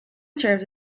serves